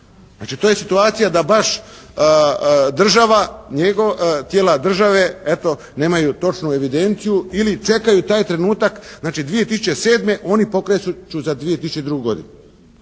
Znači, to je situacija da baš država, tijela države eto nemaju točnu evidenciju ili čekaju taj trenutak. Znači, 2007. oni pokreću za 2002. godinu.